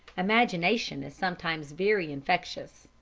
imagination is sometimes very infectious.